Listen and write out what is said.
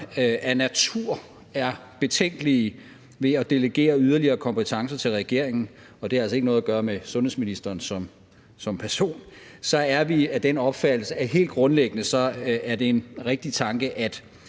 af natur er betænkelige ved at delegere yderligere kompetencer til regeringen – og det har altså ikke noget at gøre med sundhedsministeren som person – så er vi af den opfattelse, at det helt grundlæggende er en rigtig tanke at